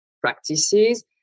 practices